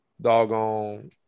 doggone